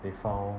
they found